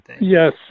Yes